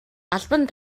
албан